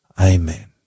Amen